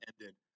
ended